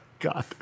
God